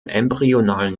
embryonalen